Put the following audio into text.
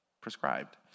prescribed